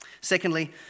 Secondly